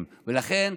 לכן,